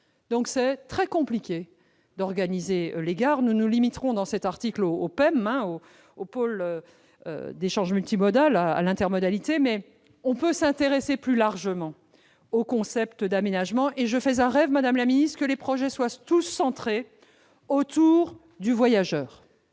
donc très compliqué d'organiser les gares. Nous nous limiterons, dans cet article, aux pôles d'échanges multimodaux, les PEM, c'est-à-dire à l'intermodalité. Mais nous pouvons nous intéresser plus largement au concept d'aménagement, et je fais le rêve, madame la ministre, que les projets soient tous centrés autour du voyageur.